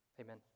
Amen